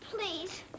please